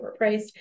overpriced